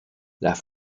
las